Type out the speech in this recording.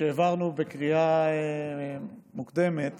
כשהעברנו בקריאה מוקדמת